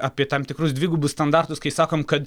apie tam tikrus dvigubus standartus kai sakom kad